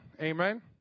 Amen